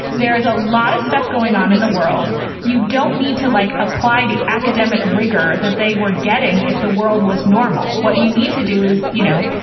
there is a lot of stuff going on in the world. you don't need to like apply the academic rigour that they were getting if the world was normal. what you need to do is, you know,